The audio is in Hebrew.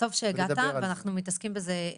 טוב שהגעת, אנחנו מתעסקים בזה.